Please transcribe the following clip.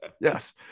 yes